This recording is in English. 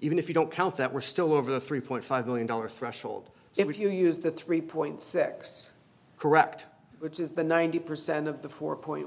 even if you don't count that we're still over the three point five million dollars threshold if you use the three point six correct which is the ninety percent of the four point